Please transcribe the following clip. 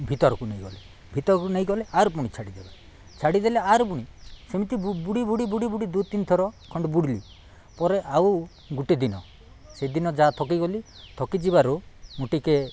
ଭିତରକୁ ନେଇଗଲେ ଭିତରକୁ ନେଇଗଲେ ଆର୍ ପୁଣି ଛାଡ଼ିଦେବେ ଛାଡ଼ିଦେଲେ ଆର୍ ପୁଣି ସେମିତି ବୁଡ଼ି ବୁଡ଼ି ବୁଡ଼ି ବୁଡ଼ି ଦୁଇ ତିନିଥର ଖଣ୍ଡେ ବୁଡ଼ିଲିି ପରେ ଆଉ ଗୋଟେ ଦିନ ସେଦିନ ଯାହା ଥକିଗଲି ଥକିଯିବାରୁ ମୁଁ ଟିକିଏ